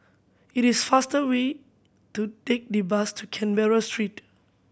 it is faster way to take the bus to Canberra Street